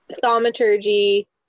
thaumaturgy